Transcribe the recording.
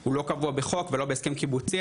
הוא לא קבוע בחוק ולא בהסכם קיבוצי,